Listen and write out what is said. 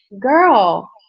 girl